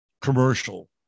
commercial